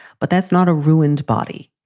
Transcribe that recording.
but that's not a ruined body.